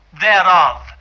thereof